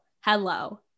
Hello